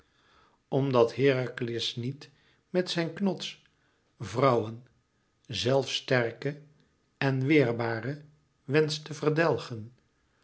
omdat herakles niet met zijn knots vrouwen zelfs sterke en weerbare wenscht te verdelgen